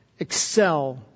Excel